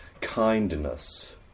kindness